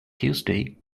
tuesday